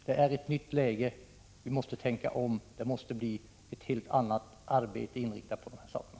Det här är ett nytt läge — vi måste tänka om, det måste bli ett helt annat arbete inriktat på de här sakerna.